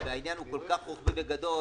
והעניין הוא כל כך רוחבי וגדול.